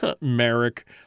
Merrick